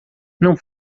não